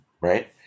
right